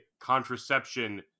contraception